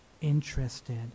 interested